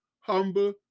humble